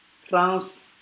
France